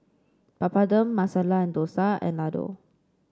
Papadum Masala and Dosa and Ladoo